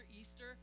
Easter